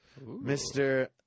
Mr